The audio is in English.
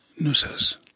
NUSAS